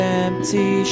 empty